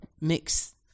Mix